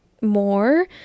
more